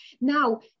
Now